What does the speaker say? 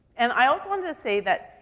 and i also wanted to say that,